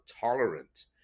tolerant